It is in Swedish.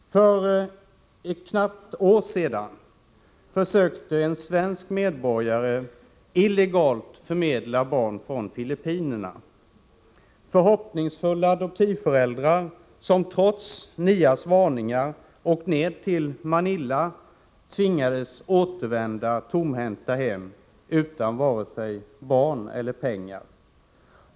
För knappt ett år sedan försökte en svensk medborgare illegalt förmedla barn från Filippinerna. Förhoppningsfulla adoptivföräldrar, som trots NIA:s varningar åkt ner till Manila, tvingades återvända tomhänta hem, utan vare sig barn eller pengar.